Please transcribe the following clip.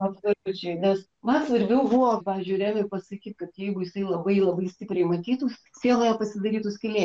absoliučiai nes man svarbiau buvo pavyzdžiui remiui pasakyt kad jeigu jisai labai labai stipriai matytų sieloje pasidarytų skylė